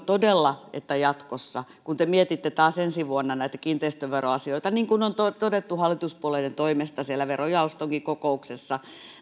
todella kun te mietitte taas ensi vuonna näitä kiinteistöveroasioita niin kuin on todettu hallituspuolueiden toimesta siellä verojaostonkin kokouksessa